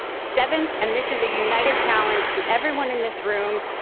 seventh, and this is a united challenge to everyone in this room,